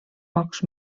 pocs